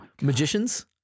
Magicians